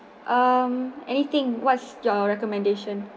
um anything what's your recommendation